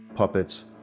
puppets